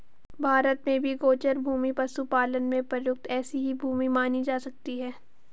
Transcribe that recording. भारत में भी गोचर भूमि पशुपालन में प्रयुक्त ऐसी ही भूमि मानी जा सकती है